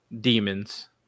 Demons